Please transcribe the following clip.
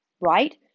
Right